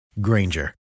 Granger